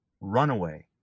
Runaway